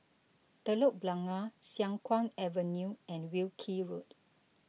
Telok Blangah Siang Kuang Avenue and Wilkie Road